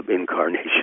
incarnation